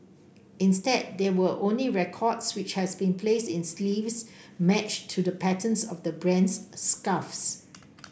instead there were only records which has been placed in sleeves matched to the patterns of the brand's scarves